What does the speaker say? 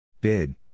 Bid